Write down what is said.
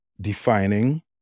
defining